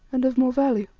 and of more value.